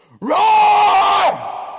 roar